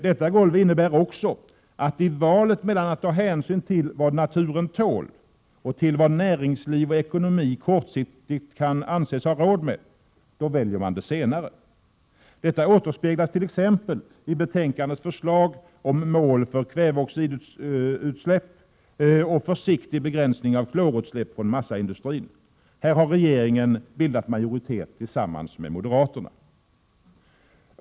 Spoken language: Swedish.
Detta golv innebär också att man i valet mellan att ta hänsyn till vad naturen tål och till vad näringsliv och ekonomi kortsiktigt kan anses ha råd med väljer det senare. Detta återspeglas t.ex. i förslaget i betänkandet om mål för kväveoxidutsläpp och försiktig begränsning av klorutsläpp från massaindustrin. Här har regeringen bildat majoritet tillsammans med moderaterna.